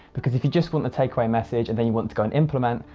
because if you just want the take away message and then you want to go and implement,